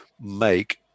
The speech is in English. make